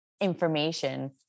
information